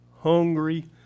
hungry